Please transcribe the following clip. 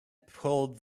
pulled